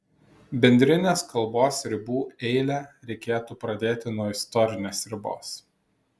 bendrinės kalbos ribų eilę reikėtų pradėti nuo istorinės ribos